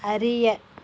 அறிய